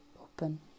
open